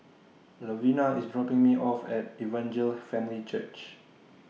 Lovina IS dropping Me off At Evangel Family Church